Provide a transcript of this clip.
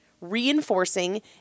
reinforcing